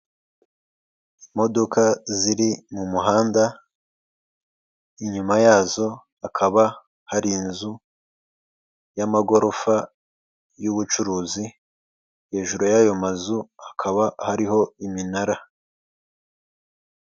Imodoka ziri mu muhanda inyuma yazo hakaba hari inzu y'amagorofa y'ubucuruzi, hejuru y'ayo mazu hakaba hariho iminara.